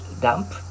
damp